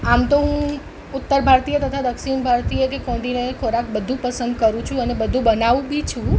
આમ તો હું ઉત્તર ભારતીય તથા દક્ષિણ ભારતીય કે કોંટિનેંટલ ખોરાક બધું પસંદ કરું છું અને બધું બનાવું બી છું